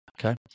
okay